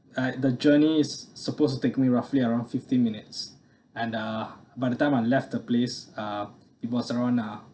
uh the journey is supposed to take me roughly around fifteen minutes and uh by the time I left the place uh it was around uh